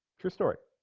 her story